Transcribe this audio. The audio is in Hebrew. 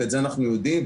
ואת זה אנחנו יודעים.